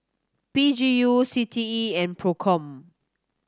P G U C T E and Procom